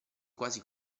quasi